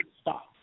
stop